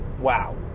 wow